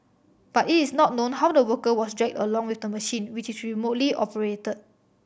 but it is not known how the worker was dragged along with the machine which is remotely operated